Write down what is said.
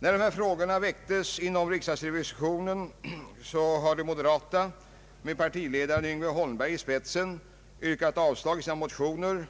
Sedan dessa frågor väcktes inom riksdagsrevisionen har de moderata med partiledaren Yngve Holmberg i spetsen i motionerna nr